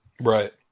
Right